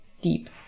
deep